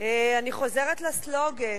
אני חוזרת לסלוגן: